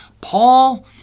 Paul